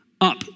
up